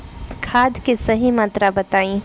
खाद के सही मात्रा बताई?